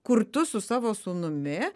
kur tu su savo sūnumi